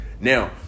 now